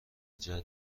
جدی